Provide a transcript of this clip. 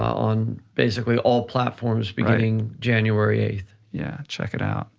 on basically all platforms beginning january eighth. yeah, check it out.